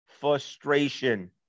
frustration